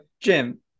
jim